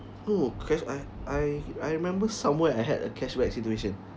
oh because I I I remember somewhere I had a cashback situation